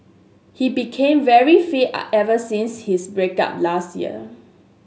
he became very fit are ever since his break up last year